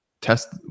test